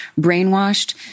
brainwashed